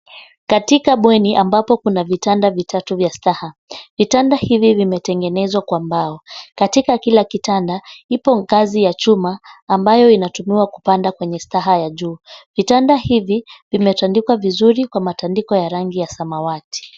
Katika bweni ambapo kuna vitanda vitatu vya staha. Vitanda hivi vimetengenezwa kwa mbao. Katika kila kitanda, ipo ngazi ya chuma ambayo inatumiwa kupanda kwenye staha ya juu. Vitanda hivi vimetandikwa vizuri kwa matandiko ya rangi ya samawati.